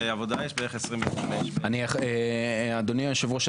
לעבודה יש בערך 25. אדוני היושב ראש,